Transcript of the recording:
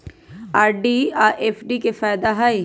RD आ FD के कि फायदा हई?